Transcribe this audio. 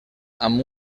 amb